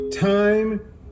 time